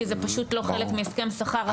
כי זה פשוט לא חלק מהסכם שכר,